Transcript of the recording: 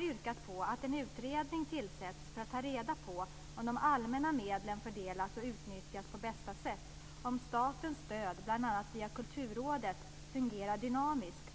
yrkat på att en utredning tillsätts för att ta reda på om de allmänna medlen fördelas och utnyttjas på bästa sätt och om statens stöd bl.a. via Kulturrådet fungerar dynamiskt.